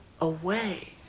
away